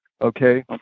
okay